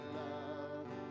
love